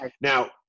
Now